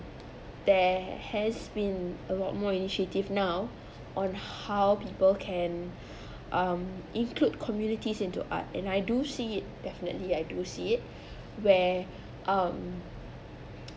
there has been a lot more initiative now on how people can um include communities into art and I do see it definitely I do see it where um